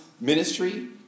ministry